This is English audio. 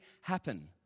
happen